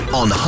on